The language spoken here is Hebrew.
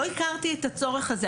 לא הכרתי את הצורך הזה,